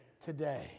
today